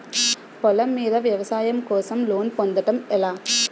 పొలం మీద వ్యవసాయం కోసం లోన్ పొందటం ఎలా?